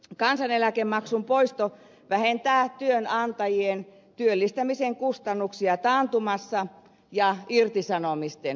kansaneläkemaksun poisto vähentää työnantajien työllistämisen kustannuksia taantumassa ja irtisanomisten uhatessa